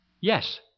Yes